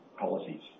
policies